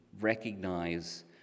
recognize